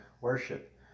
worship